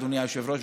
אדוני היושב-ראש,